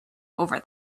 over